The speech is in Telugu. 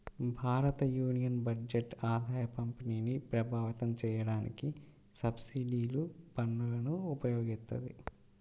భారతయూనియన్ బడ్జెట్ ఆదాయపంపిణీని ప్రభావితం చేయడానికి సబ్సిడీలు, పన్నులను ఉపయోగిత్తది